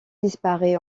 disparaît